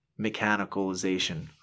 mechanicalization